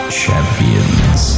champions